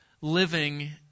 living